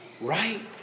Right